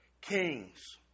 kings